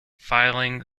filing